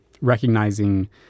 recognizing